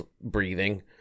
breathing